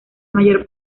mayor